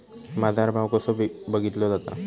बाजार भाव कसो बघीतलो जाता?